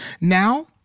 Now